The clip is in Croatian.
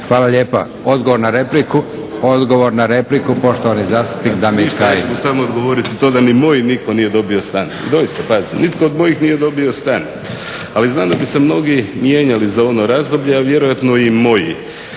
Hvala lijepa. Odgovor na repliku, odgovor na repliku poštovani zastupnik Damir Kajin. **Kajin, Damir (Nezavisni)** Ništa, ja ću mu samo odgovoriti da niti moji nitko nije dobio stan, doista, pazi, nitko od mojih nije dobio stan, ali znam da bi se mnogi mijenjali za ono razdoblje a vjerojatno i moji